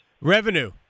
Revenue